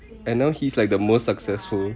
and now he's like the most successful